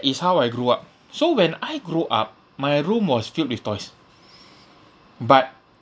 is how I grew up so when I grew up my room was filled with toys but